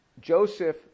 Joseph